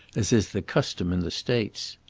as is the custom in the states.